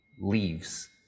leaves